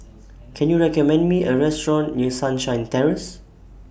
Can YOU recommend Me A Restaurant near Sunshine Terrace